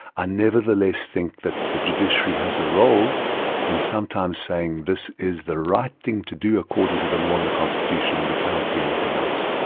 i nevertheless think that the judiciary has a role in sometimes saying this is the right thing to do according to the law and the constitution and we cannot do anything else.